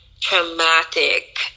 traumatic